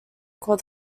called